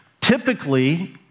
Typically